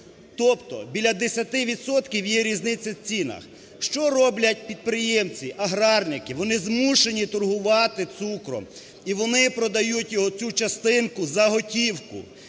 Тобто біля 10 відсотків є різниця в цінах. Що роблять підприємці, аграрники? Вони змушені торгувати цукром, і вони продають його, цю частинку, за готівку.